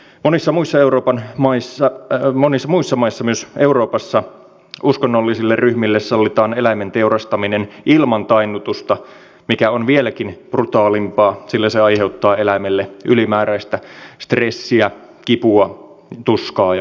monissa muissa maissa myös euroopassa uskonnollisille ryhmille sallitaan eläimen teurastaminen ilman tainnutusta mikä on vieläkin brutaalimpaa sillä se aiheuttaa eläimelle ylimääräistä stressiä kipua tuskaa ja kärsimystä